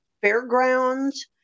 fairgrounds